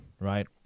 right